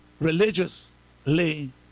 religiously